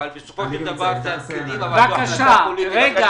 אבל בסופו של דבר --- זו החלטה פוליטית.